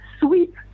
sweep